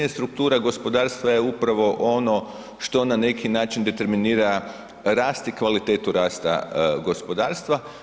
Struktura gospodarstva je upravo ono što na neki način determinira rast i kvalitetu rasta gospodarstva.